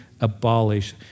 abolish